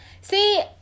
See